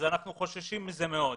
אנחנו חוששים מזה מאוד.